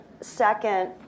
second